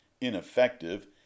ineffective